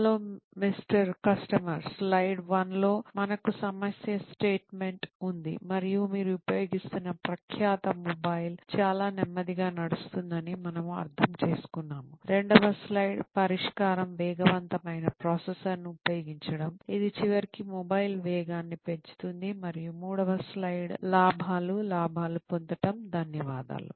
hello mister customer slide one లో మనకు సమస్య స్టేట్మెంట్ ఉంది మరియు మీరు ఉపయోగిస్తున్న ప్రఖ్యాత మొబైల్ చాలా నెమ్మదిగా నడుస్తుందని మనము అర్థం చేసుకున్నాము రెండవ స్లైడ్ పరిష్కారం వేగవంతమైన ప్రాసెసర్ను ఉపయోగించడం ఇది చివరికి మొబైల్ వేగాన్ని పెంచుతుంది మరియు మూడవ స్లైడ్ లాభాలు లాభాలు పొందటం ధన్యవాదాలు